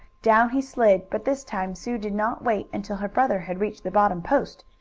down he slid, but this time sue did not wait until her brother had reached the bottom post.